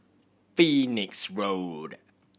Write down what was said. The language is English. Phoenix Road